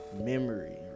memory